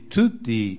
tutti